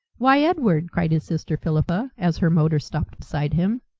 why, edward, cried his sister, philippa, as her motor stopped beside him,